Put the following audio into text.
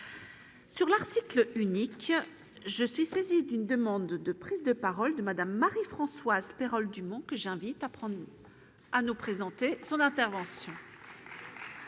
sur l'article unique, je suis saisi d'une demande de prise de parole de Madame Marie-Françoise Pérol-Dumont que j'invite à prendre à nous présenter son intervention.